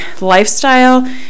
lifestyle